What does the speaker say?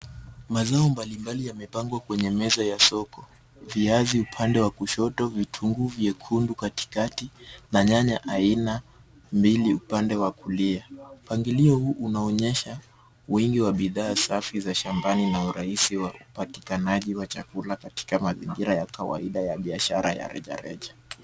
Mazao mbalimbali yamepangwa kwenye meza ya soko. Viazi upande wa kushoto, vitunguu vyekundu katikati na nyanya aina mbili upande wa kulia. Mpangilio huu unaonyesha wingi wa bidhaa safi za shambani na urahisi wa upatikanaji wa chakula katika mazingira ya kawaida ya biashara ya rejareja.